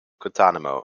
guantanamo